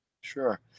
Sure